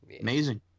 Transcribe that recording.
Amazing